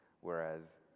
Whereas